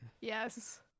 Yes